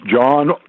John